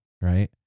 right